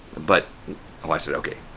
but well, i said, okay,